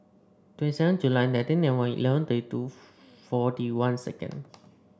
twenty seven July nineteen ninety one eleven thirty two forty one second